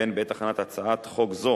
והן בעת הכנת הצעת חוק זו